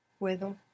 Puedo